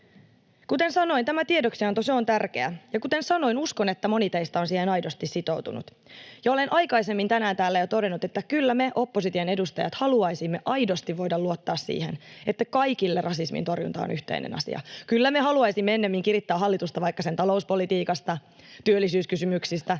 Kuten sanoin, tämä tiedoksianto on tärkeä, ja kuten sanoin, uskon, että moni teistä on siihen aidosti sitoutunut. Ja olen aikaisemmin tänään täällä jo todennut, että kyllä me opposition edustajat haluaisimme aidosti voida luottaa siihen, että kaikille rasismin torjunta on yhteinen asia. Kyllä me haluaisimme ennemmin kirittää hallitusta vaikka sen talouspolitiikasta, työllisyyskysymyksistä